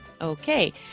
Okay